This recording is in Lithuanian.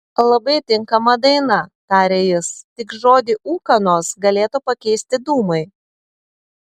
labai tinkama daina tarė jis tik žodį ūkanos galėtų pakeisti dūmai